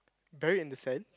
buried in the sand